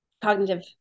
cognitive